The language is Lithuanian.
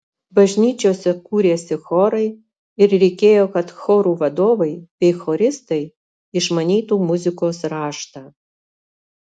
bažnyčiose kūrėsi chorai ir reikėjo kad chorų vadovai bei choristai išmanytų muzikos raštą